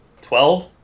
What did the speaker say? Twelve